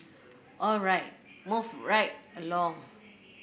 all right move right along